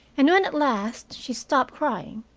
and when at last she stopped crying,